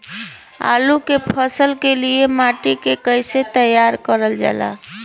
आलू क फसल के लिए माटी के कैसे तैयार करल जाला?